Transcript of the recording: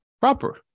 proper